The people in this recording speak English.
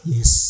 Yes